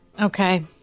Okay